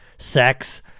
sex